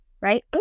Right